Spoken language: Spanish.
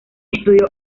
estudió